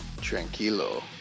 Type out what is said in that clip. Tranquilo